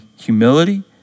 humility